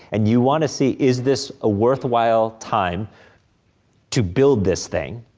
and you wanna see, is this a worthwhile time to build this thing,